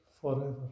forever